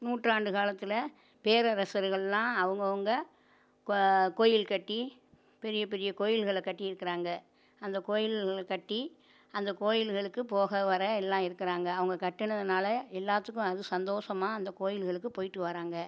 நூற்றாண்டு காலத்தில் பேரரசர்கள்லாம் அவங்க அவங்க கோ கோயில் கட்டி பெரிய பெரிய கோயில்களை கட்டியிருக்காங்க அந்த கோயில்களைக்கட்டி அந்த கோயில்களுக்கு போக வர எல்லாம் இருக்கிறாங்க அவங்க கட்டுனதனால எல்லாத்துக்கும் அது சந்தோஷமாக அந்த கோயில்களுக்கு போய்ட்டு வராங்கள்